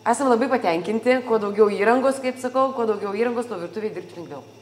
esam labai patenkinti kuo daugiau įrangos kaip sakau kuo daugiau įrangos tuo virtuvėj dirbt lengviau